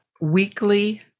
weekly